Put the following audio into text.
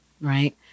Right